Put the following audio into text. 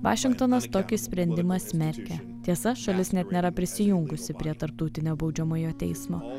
vašingtonas tokį sprendimą smerkia tiesa šalis net nėra prisijungusi prie tarptautinio baudžiamojo teismo